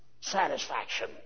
satisfaction